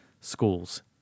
schools